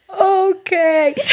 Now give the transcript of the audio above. okay